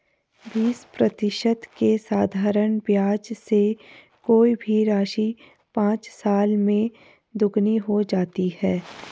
बीस प्रतिशत के साधारण ब्याज से कोई भी राशि पाँच साल में दोगुनी हो जाती है